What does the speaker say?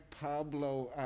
Pablo